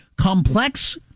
complex